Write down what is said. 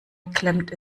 klemmt